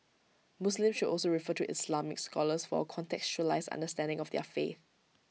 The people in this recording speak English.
Muslims should also refer to Islamic scholars for A contextualised understanding of their faith